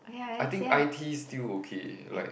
I think i_t is still okay like